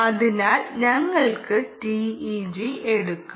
അതിനാൽ ഞങ്ങൾക്ക് TEG എടുക്കാം